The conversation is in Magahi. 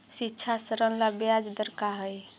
शिक्षा ऋण ला ब्याज दर का हई?